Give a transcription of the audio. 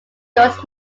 goes